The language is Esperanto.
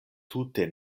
tute